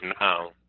now